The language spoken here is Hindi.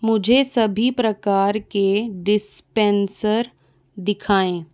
मुझे सभी प्रकार के डिसपेंसर दिखाएँ